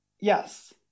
Yes